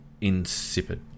insipid